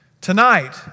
Tonight